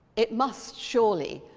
it must, surely,